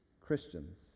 christians